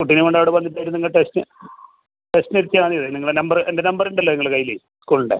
കുട്ടീനെയും കൊണ്ട് അവിടെ വന്നിട്ടായിട്ട് നിങ്ങൾ ടെസ്റ്റ് ടെസ്റ്റിന് ഇരുത്തിയാൽ മതി നിങ്ങളെ നമ്പറ് എൻ്റെ നമ്പർ ഉണ്ടല്ലോ നിങ്ങളെ കൈയ്യിൽ സ്കൂളിൻ്റെ